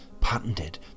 patented